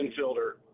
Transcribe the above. infielder